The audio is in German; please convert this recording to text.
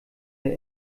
der